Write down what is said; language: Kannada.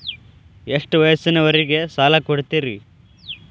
ಎಷ್ಟ ವಯಸ್ಸಿನವರಿಗೆ ಸಾಲ ಕೊಡ್ತಿರಿ?